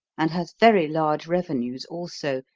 and has very large revenues, also,